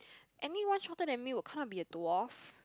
anyone shorter than me would can't to be a tall off